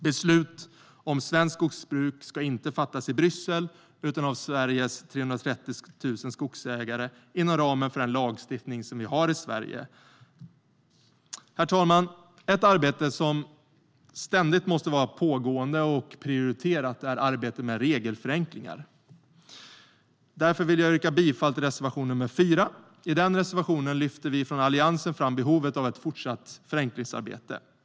Beslut om svenskt skogsbruk ska inte fattas i Bryssel utan av Sveriges 330 000 skogsägare inom ramen för den lagstiftning som vi har i Sverige. Herr talman! Ett arbete som ständigt måste vara pågående och prioriterat är arbetet med regelförenklingar. Därför vill jag yrka bifall till reservation 4. I den reservationen lyfter vi från Alliansen fram behovet av ett fortsatt förenklingsarbete.